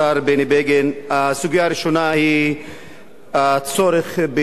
הסוגיה הראשונה היא הצורך, והוא הסכים,